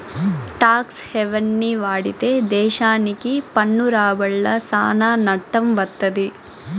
talks హెవెన్ని వాడితే దేశాలకి పన్ను రాబడ్ల సానా నట్టం వత్తది